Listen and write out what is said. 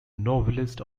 novelist